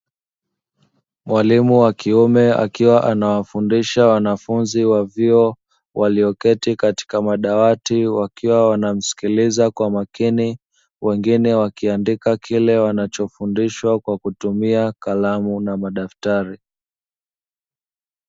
Mwalimu wa kiume akiwa anawafundisha wanafunzi wa vyuo, walioketi katika madawati, wakiwa wanamsikiliza kwa makini, wengine wakiandika kile wanachofundishwa kwa kutumia kalamu na madaftari.